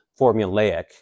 formulaic